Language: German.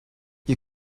ihr